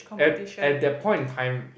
at at that point in time